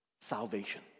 salvation